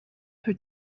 who